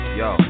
yo